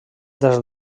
dels